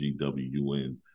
gwn